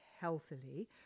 healthily